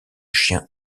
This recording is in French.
chien